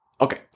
Okay